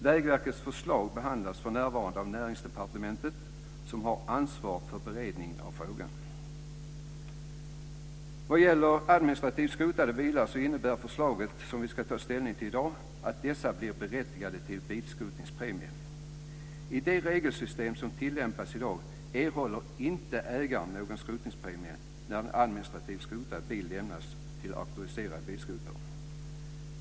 Vägverkets förslag behandlas för närvarande av Näringsdepartementet som har ansvar för beredning av frågan. Vad gäller administrativt skrotade bilar innebär förslaget, som vi ska ta ställning till i dag, att dessa blir berättigade till bilskrotningspremie. I det regelsystem som tillämpas i dag erhåller inte ägaren någon skrotningspremie när en administrativt skrotad bil lämnas till auktoriserad bilskrotare.